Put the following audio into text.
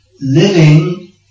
living